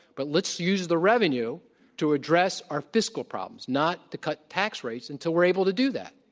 but let's use the revenue to address our fiscal problems, not to cut tax rates, until we're able to do that,